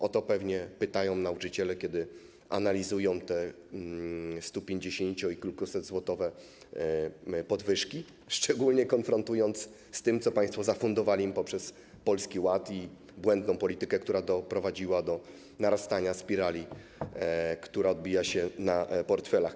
O to pewnie pytają nauczyciele, kiedy analizują te 150- i kilkusetzłotowe podwyżki, szczególnie konfrontując je z tym, co państwo zafundowali im poprzez Polski Ład i błędną politykę, która doprowadziła do narastania spirali, która odbija się na portfelach.